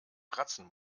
kratzen